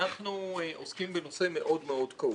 אנחנו עוסקים בנושא מאוד מאוד כאוב,